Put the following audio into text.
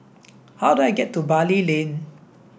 how do I get to Bali Lane